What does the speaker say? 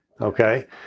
okay